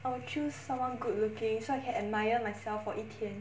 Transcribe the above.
I will choose someone good looking so I can admire myself for 一天